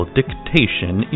Dictation